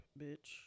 bitch